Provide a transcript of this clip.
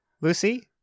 Lucy